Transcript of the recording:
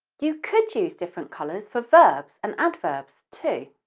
you could use different colours for verbs and adverbs, too.